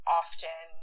often